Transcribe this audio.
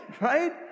right